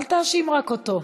אל תאשים רק אותו.